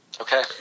Okay